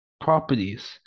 properties